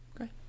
okay